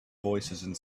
voicesand